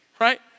right